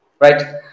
right